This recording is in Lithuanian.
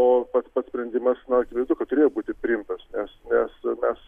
o pats pats sprendimas nu akivaizdu kad turėjo būti priimtas nes nes nes